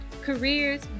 careers